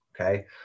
okay